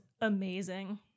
amazing